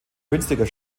günstiger